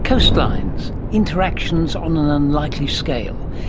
coastlines, interactions on an unlikely scale,